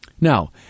Now